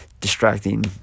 distracting